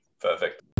Perfect